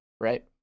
right